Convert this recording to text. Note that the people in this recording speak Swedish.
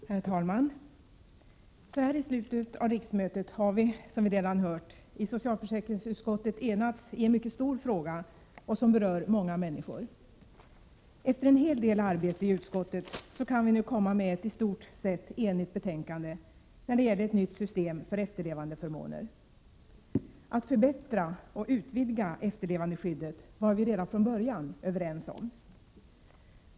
Herr talman! Så här i slutet av riksmötet har vi, som vi redan har hört, i socialförsäkringsutskottet enats i en mycket stor fråga som berör många människor. Efter en hel del arbete i utskottet kan vi nu komma med ett i stort sett enigt betänkande när det gäller ett nytt system för efterlevandeförmåner. Att förbättra och utvidga efterlevandeskyddet var vi redan från början överens om.